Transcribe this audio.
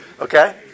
Okay